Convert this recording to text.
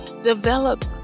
develop